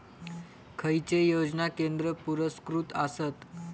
खैचे योजना केंद्र पुरस्कृत आसत?